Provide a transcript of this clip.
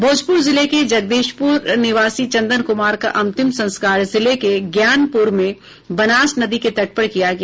भोजपुर जिले के जगदीशपुर निवासी चंदन कुमार का अंतिम संस्कार जिले के ज्ञानपुर में बनास नदी के तट पर किया गया